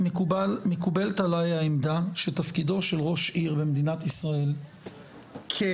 מקובלת עלי העמדה שתפקידו של ראש עיר במדינת ישראל כעירייה,